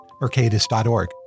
Mercatus.org